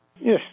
Yes